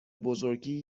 بزرگی